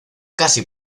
casi